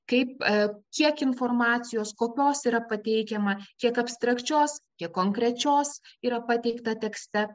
kaip e kiek informacijos kokios yra pateikiama kiek abstrakčios kiek konkrečios yra pateikta tekste